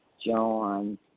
John